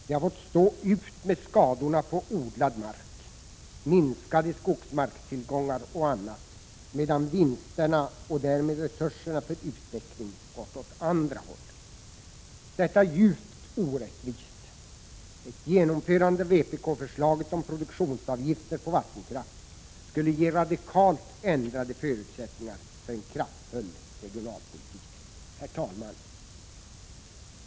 De har fått stå ut med skadorna på odlad mark, minskade skogsmarkstillgångar och annat, medan vinsterna och därmed resurserna för utveckling gått åt andra håll. Detta är djupt orättvist. Ett genomförande av vpk-förslaget om produktionsavgifter på vattenkraft skulle ge radikalt ändrade förutsättningar för en kraftfull regionalpolitik. Herr talman!